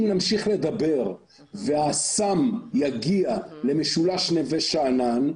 אם נמשיך נדבר והסם יגיע למשולש נווה שאנן,